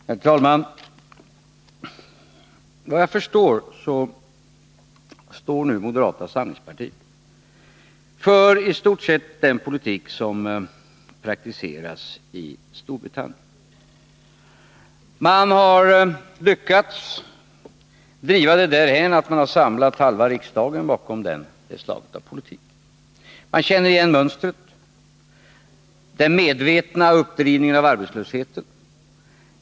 Herr talman! Vad jag förstår står nu moderata samlingspartiet för i stort sett den politik som praktiseras i Storbritannien. Man har lyckats driva det därhän att man har samlat halva riksdagen bakom en sådan politik. Vi känner igen mönstret: Den medvetna uppdrivningen av arbetslösheten.